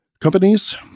Companies